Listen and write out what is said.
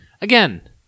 Again